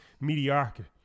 mediocre